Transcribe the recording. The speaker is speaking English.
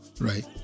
right